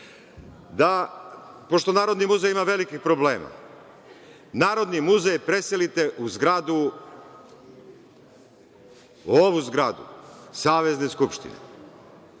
predlažem. Pošto Narodni muzej ima velikih problema, Narodni muzej preselite u zgradu, ovu zgradu Savezne Skupštine